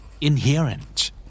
Inherent